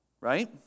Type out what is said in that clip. right